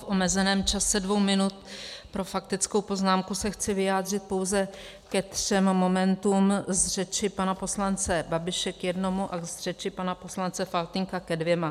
V omezeném čase dvou minut pro faktickou poznámku se chci vyjádřit pouze ke třem momentům z řeči pana poslance Babiše k jednomu a z řeči pana poslance Faltýnka ke dvěma.